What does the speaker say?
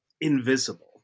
invisible